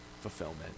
fulfillment